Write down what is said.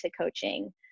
coaching